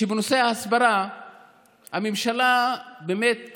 שבנושא ההסברה הממשלה באמת